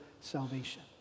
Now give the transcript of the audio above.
salvation